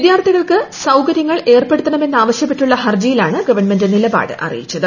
വിദ്യാർത്ഥികൾക്ക് സൌകര്യങ്ങൾ ഏർപ്പെടുത്തണമെന്നാവശ്യ പ്പെട്ടു കൊണ്ടുള്ള ക്ർജ്ജീയിലാണ് ഗവൺമെന്റ് നിലപാട് അറിയിച്ചത്